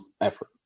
effort